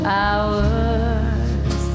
hours